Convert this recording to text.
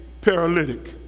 paralytic